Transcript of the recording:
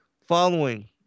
following